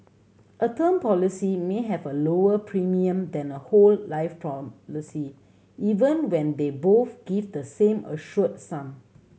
a term policy may have a lower premium than a whole life policy even when they both give the same assured sum